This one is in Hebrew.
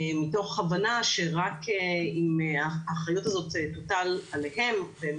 מתוך הבנה שרק אם האחריות הזאת תוטל עליהם והם